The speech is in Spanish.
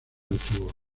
antigua